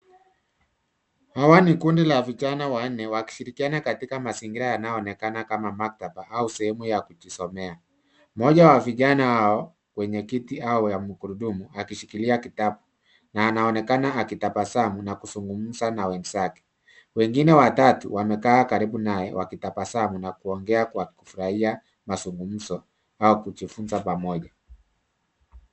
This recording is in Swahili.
Hawa ni kundi la vijana wanne wakishirikiana katika mazingira yanayoonekana kama maktaba au sehemu ya kujisomea. Mmoja wa vijana hao wenye kiti au magurudumu akishikilia kitabu na anaonekana akitabasamu na kuzungumza na wenzake. Wengine watatu wamekaa karibu naye wakitabasamu na kuongea kwa kufurahia mazungumzo au kujifunza pamoja.